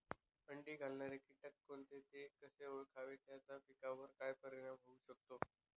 अंडी घालणारे किटक कोणते, ते कसे ओळखावे त्याचा पिकावर काय परिणाम होऊ शकतो?